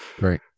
Right